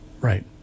Right